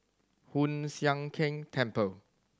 Hoon Sian Keng Temple